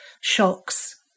shocks